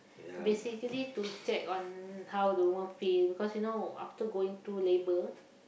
basically to check on how the women feel cause you know after going through labour